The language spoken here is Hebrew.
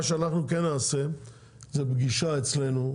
מה שאנחנו כן נעשה זה פגישה אצלנו,